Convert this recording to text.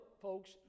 folks